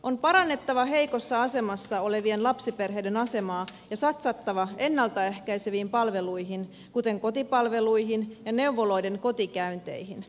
on parannettava heikossa asemassa olevien lapsiperheiden asemaa ja satsattava ennalta ehkäiseviin palveluihin kuten kotipalveluihin ja neuvoloiden kotikäynteihin